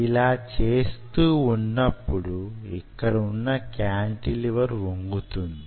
ఇలా చేస్తూవున్నప్పుడు ఇక్కడ వున్న క్యాంటిలివర్ వంగుతుంది